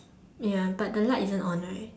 ya but the light isn't on right